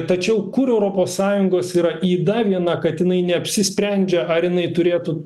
tačiau kur europos sąjungos yra yda viena kad jinai neapsisprendžia ar jinai turėtų